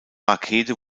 rakete